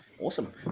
Awesome